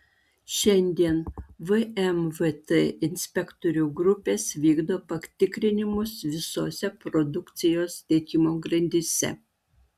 šiandien vmvt inspektorių grupės vykdo patikrinimus visose produkcijos tiekimo grandyse